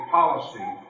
policy